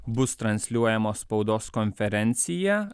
bus transliuojamos spaudos konferencija